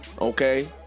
Okay